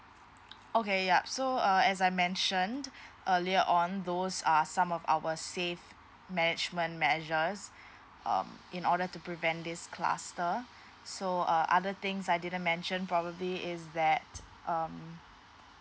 okay yup so uh as I mentioned earlier on those are some of our safe management measures um in order to prevent these cluster so uh other things I didn't mention probably is that um